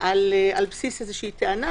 על בסיס טענה,